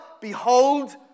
behold